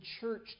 church